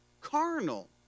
carnal